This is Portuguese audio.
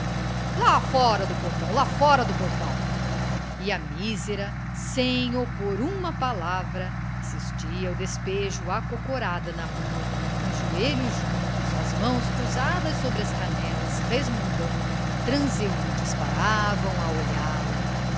lá fora do portão lá fora do portão e a mísera sem opor uma palavra assistia ao despejo acocorada na rua com os joelhos juntos as mãos cruzadas sobre as canelas resmungando transeuntes paravam a olhá-la